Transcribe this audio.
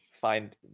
find